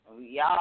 Y'all